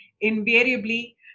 invariably